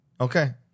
Okay